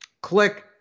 click